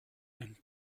and